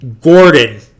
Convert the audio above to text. Gordon